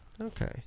Okay